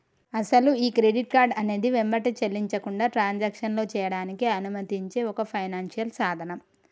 అసలు ఈ credit card అనేది వెంబటే చెల్లించకుండా ట్రాన్సాక్షన్లో చేయడానికి అనుమతించే ఒక ఫైనాన్షియల్ సాధనం